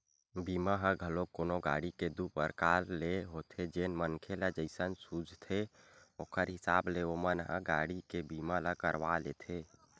बीमा ह घलोक कोनो गाड़ी के दू परकार ले होथे जेन मनखे ल जइसन सूझथे ओखर हिसाब ले ओमन ह गाड़ी के बीमा ल करवा लेथे